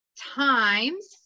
times